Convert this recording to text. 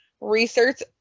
Research